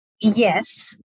Yes